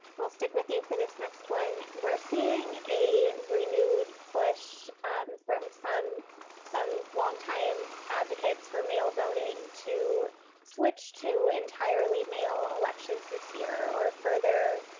we'll stick with you for this next one. we're seeing a renewed push from some some longtime advocates for male voting to switch to entirely mail elections this year or further,